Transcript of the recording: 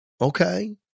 okay